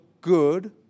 good